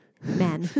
man